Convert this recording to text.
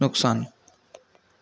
नुक़सानु